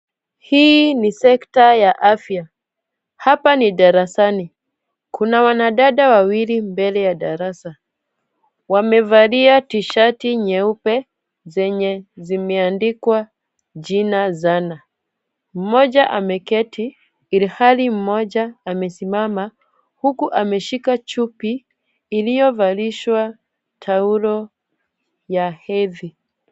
Hii ni sekta ya afya. Hapa ni darasani. Kuna wanadada wawili mbele ya darasa. Wamevalia tishati nyeupe, zenye zimeandikwa jina zana. Mmoja ameketi ilihali mmoja amesimama huku ameshika chupi iliovalishwa taulo ya hedhi.